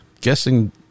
guessing